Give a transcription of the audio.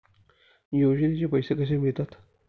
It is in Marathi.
योजनेचे पैसे कसे मिळतात?